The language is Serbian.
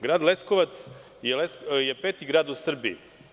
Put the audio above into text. Grad Leskovac je peti grad u Srbiji.